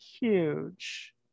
huge